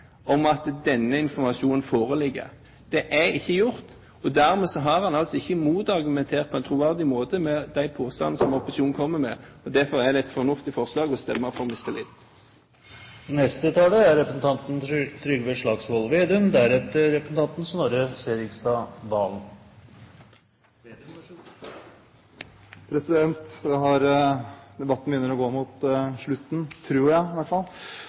om at denne informasjonen foreligger? Det er ikke gjort, og dermed har han ikke argumentert på en troverdig måte mot de påstandene som opposisjonen kommer med. Derfor er det et fornuftig forslag å stemme for mistillit. Debatten begynner å gå mot slutten – tror jeg i hvert fall